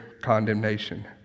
condemnation